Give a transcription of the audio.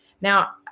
Now